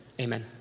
Amen